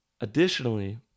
Additionally